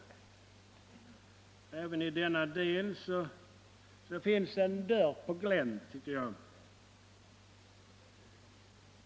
Även i denna del finns det en dörr på glänt, tycker jag.